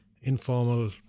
informal